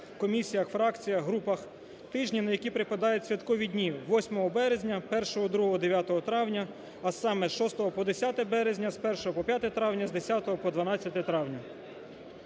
комісіях, фракціях, групах тижні, на які припадають святкові дні: 8 березня, 1, 2 і 9 травня, а саме з 6 по 10 березня, з 1 по 5 травня, з 10 по 12 травня.